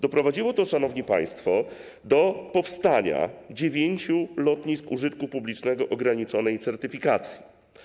Doprowadziło to, szanowni państwo, do powstania dziewięciu lotnisk użytku publicznego o ograniczonej certyfikacji.